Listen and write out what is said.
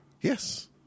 yes